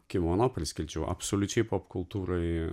kimono priskirčiau absoliučiai popkultūrai